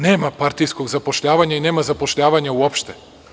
Nema partijskog zapošljavanja i nema zapošljavanja uopšte.